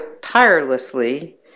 tirelessly